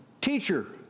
Teacher